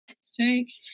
Steak